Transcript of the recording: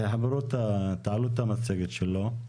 תעלו את המצגת שלו.